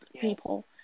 people